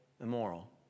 immoral